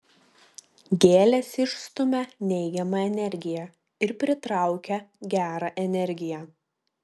gėlės išstumia neigiamą energiją ir pritraukia gerą energiją